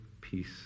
peace